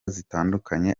zitandukanye